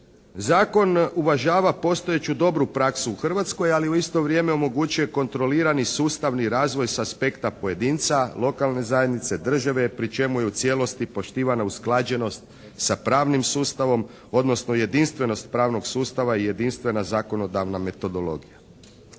Zakon uvažava postojeću dobru praksu u Hrvatskoj, ali u isto vrijeme omogućuje kontrolirani sustavni razvoj sa aspekta pojedinca, lokalne zajednice, države, pri čemu je u cijelosti poštivana usklađenost sa p ravnim sustavom, odnosno jedinstvenost pravnog sustava i jedinstvena zakonodavna metodologija.